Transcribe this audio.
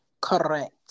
correct